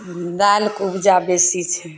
दालिके उपजा बेसी छै